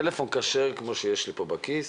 טלפון כשר כמו שיש לי פה בכיס,